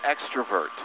extrovert